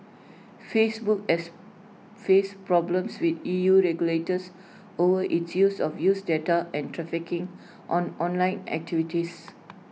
Facebook has faced problems with E U regulators over its use of user data and tracking on online activities